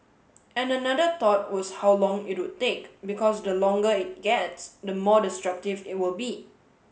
and another thought was how long it would take because the longer it gets the more destructive it will be